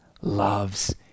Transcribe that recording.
loves